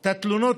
את התלונות